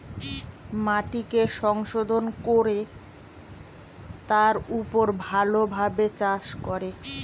মাটিকে সংশোধন কোরে তার উপর ভালো ভাবে চাষ করে